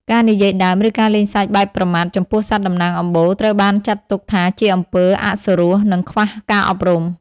ការនិយាយដើម ឬការលេងសើចបែបប្រមាថចំពោះសត្វតំណាងអំបូរ ត្រូវបានចាត់ទុកថាជាអំពើអសុរោះ និងខ្វះការអប់រំ។